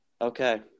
Okay